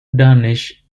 danish